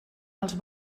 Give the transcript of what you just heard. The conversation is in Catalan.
els